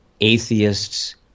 atheists